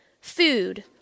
food